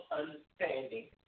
understanding